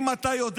אתם עושים הכול.